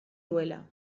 duela